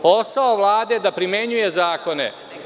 Posao Vlade je da primenjuje zakone.